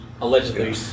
Allegedly